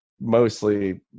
mostly